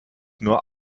nur